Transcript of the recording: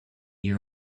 year